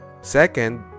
Second